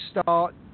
start